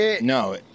No